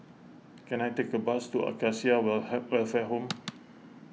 can I take a bus to Acacia will her Welfare Home